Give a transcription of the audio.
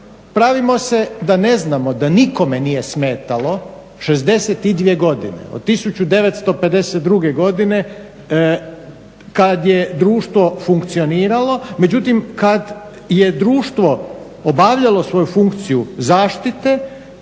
pravimo se da ne znamo da nikome nije smetalo 62 godine, od 1952 godine kad je društvo funkcioniralo međutim kad je društvo obavljalo svoju funkciju zaštite